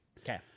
Okay